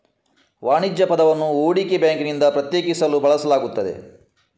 ವಾಣಿಜ್ಯ ಪದವನ್ನು ಹೂಡಿಕೆ ಬ್ಯಾಂಕಿನಿಂದ ಪ್ರತ್ಯೇಕಿಸಲು ಬಳಸಲಾಗುತ್ತದೆ